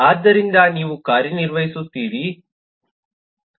ಆದ್ದರಿಂದ ನೀವು ಕಾರ್ಯನಿರ್ವಹಿಸುತ್ತೀರಿ ಅಥವಾ ನೀವು ಇತರ ಒಬ್ಜೆಕ್ಟ್ಗಳ ಮೇಲೆ ಕಾರ್ಯನಿರ್ವಹಿಸುತ್ತೀರಿ